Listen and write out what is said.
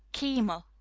keemle,